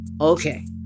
Okay